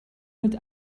mit